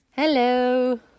Hello